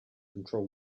control